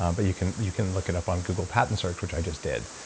um but you can you can look it up on google patent search, which i just did.